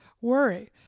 worry